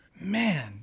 man